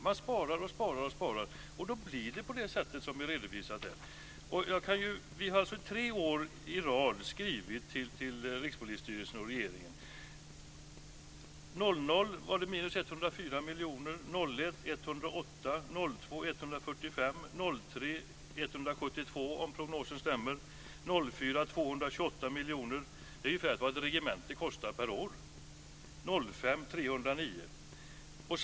Man sparar och sparar, och då blir det på det sätt som vi har redovisat här. Vi har under tre år i rad skrivit till Rikspolisstyrelsen och regeringen. År 2000 var det minus 104 minus 145 miljoner, 2003 blir det minus 172 miljoner - om prognosen stämmer - och 2004 minus 228 miljoner kronor. Det är ungefär vad ett regemente kostar per år! År 2005 blir det minus 309 miljoner.